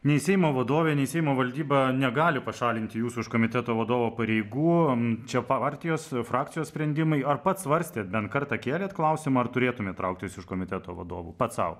nei seimo vadovė nei seimo valdyba negali pašalinti jūsų iš komiteto vadovo pareigų čia partijos frakcijos sprendimai ar pats svarstėt bent kartą kėlėt klausimą ar turėtumėt trauktis iš komiteto vadovų pats sau